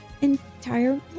entire